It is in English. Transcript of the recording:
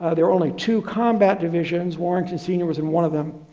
ah there are only two combat divisions, warrington sr was in one of them.